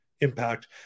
impact